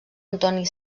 antoni